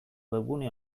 webgune